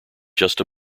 just